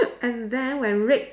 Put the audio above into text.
and then when red